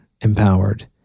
empowered